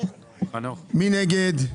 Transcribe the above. מי נגד?